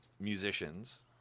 musicians